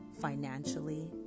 financially